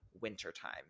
wintertime